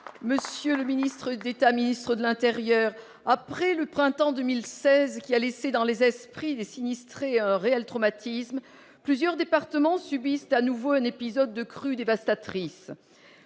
Monsieur le ministre d'État, ministre de l'intérieur, après le printemps 2016 qui a causé dans les esprits des sinistrés un réel traumatisme, plusieurs départements subissent à nouveau un épisode de crues dévastatrices.